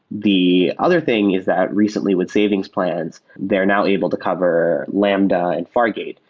the other thing is that recently with savings plans, they are now able to cover lambda and fargate.